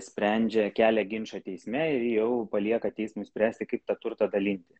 sprendžia kelia ginčą teisme ir jau palieka teismui spręsti kaip tą turtą dalinti